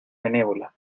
benévola